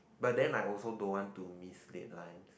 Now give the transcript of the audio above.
but then I also don't want to miss deadlines